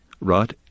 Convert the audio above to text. right